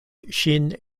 ŝin